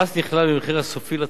המס נכלל במחיר הסופי לצרכן.